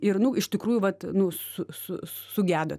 ir nu iš tikrųjų vat nu su su sugedo